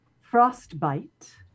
Frostbite